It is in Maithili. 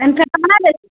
पानि फेटहा दै छथिन